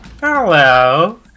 hello